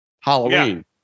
Halloween